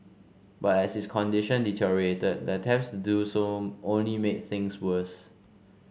but as his condition deteriorated the attempts do so only made things worse